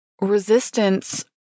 resistance